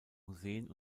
museen